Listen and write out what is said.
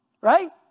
Right